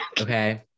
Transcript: okay